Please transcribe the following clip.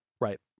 right